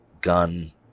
gun